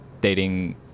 dating